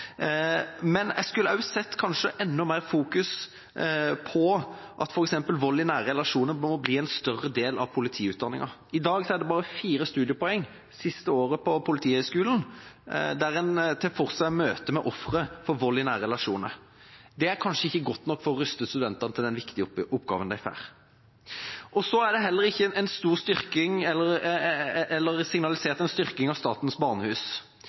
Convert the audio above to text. Men jeg skulle kanskje ha sett enda mer fokusering på at vold i nære relasjoner må bli en større del av politiutdanninga. I dag er det bare fire studiepoeng siste året på Politihøgskolen, der en tar for seg møte med ofre for vold i nære relasjoner. Det er kanskje ikke godt nok for å ruste studentene til den viktige oppgaven de får. Så er det heller ikke signalisert en styrking